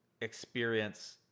experience